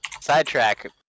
Sidetrack